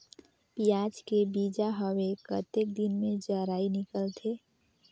पियाज के बीजा हवे कतेक दिन मे जराई निकलथे?